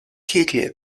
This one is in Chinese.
气体